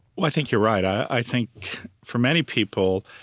i think you're right. i think for many people,